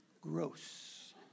Gross